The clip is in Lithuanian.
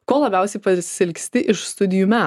ko labiausiai pasiilgsti iš studijų metų